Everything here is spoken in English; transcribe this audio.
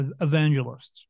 evangelists